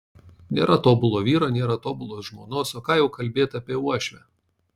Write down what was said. nėra tobulo vyro nėra tobulos žmonos o ką jau kalbėti apie uošvę